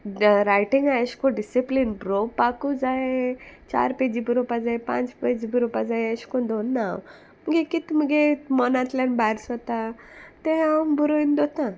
writing आहा एशें कोन्न डिसिप्लीन ब्रोवपाकू जाय चार पेजी बोरोवपा जाय पांच पेजी बोरोवपा जाय एशें कोन्न दोन ना हांव मुगे कित मुगे मनांतल्यान भायर सोदता तें हांव बोरोवन दोतां